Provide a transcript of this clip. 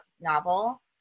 novel